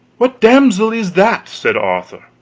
what damsel is that? said arthur.